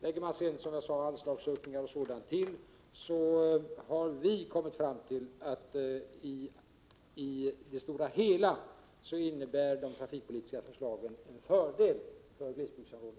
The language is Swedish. Om man till detta sedan lägger, som jag sade, anslagsökningar etc., har vi kommit fram till att de trafikpolitiska förslagen i det stora hela innebär en fördel för glesbygdsområdena.